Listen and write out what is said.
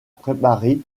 préparer